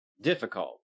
difficult